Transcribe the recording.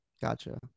Gotcha